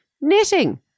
Knitting